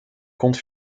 conte